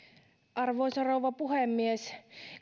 arvoisa rouva puhemies